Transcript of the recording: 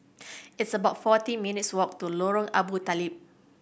it's about forty minutes' walk to Lorong Abu Talib